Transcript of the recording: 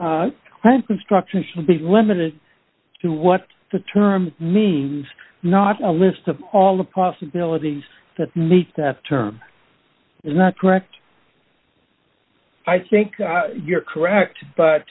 construction should be limited to what the term means not a list of all the possibilities that meet that term is not correct i think you're correct but